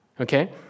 Okay